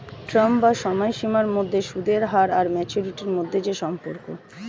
term বা সময়সীমার মধ্যে সুদের হার আর ম্যাচুরিটি মধ্যে যে সম্পর্ক